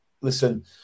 Listen